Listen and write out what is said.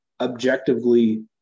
objectively